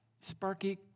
Sparky